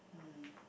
hmm